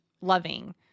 loving